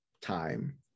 time